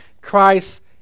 Christ